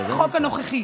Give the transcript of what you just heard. בחוק הנוכחי.